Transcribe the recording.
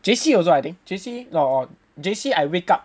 J_C also I think J_C oh oh J_C I wake up